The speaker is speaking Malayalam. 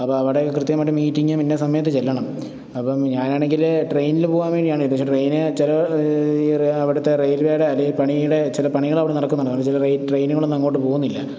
അപ്പോള് അവിടെ കൃത്യമായിട്ട് മീറ്റിങ്ങ് പിന്നെ സമയത്ത് ചെല്ലണം അപ്പോള് ഞാനാണങ്കില് ട്രെയിനില് പോകാൻ വേണ്ടിയാണ് ഇത് പക്ഷെ ട്രെയിന് ചില അവിടുത്തെ റെയിൽവെയുടെ അല്ലെങ്കില് പണിയുടെ ചില പണികളവിടെ നടക്കുന്നുണ്ട് കാരണം ചില ട്രെയിനുകളൊന്നും അങ്ങോട്ട് പോകുന്നില്ല